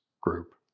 group